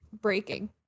breaking